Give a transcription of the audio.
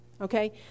Okay